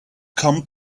come